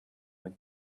and